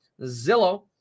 zillow